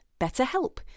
BetterHelp